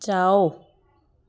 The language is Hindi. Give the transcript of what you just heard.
जाओ